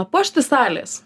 papuošti salės